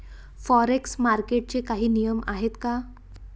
Forex मार्केटचे काही नियम आहेत का?